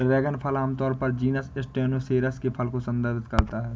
dragon फल आमतौर पर जीनस स्टेनोसेरेस के फल को संदर्भित करता है